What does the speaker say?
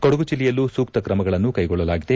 ಕೊಡಗು ಜಿಲ್ಲೆಯಲ್ಲೂ ಸೂಕ್ತ ಕ್ರಮಗಳನ್ನು ಕೈಗೊಳ್ಳಲಾಗಿದೆ